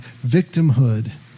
victimhood